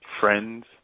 friends